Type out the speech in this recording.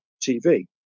TV